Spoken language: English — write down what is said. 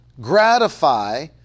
gratify